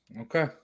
Okay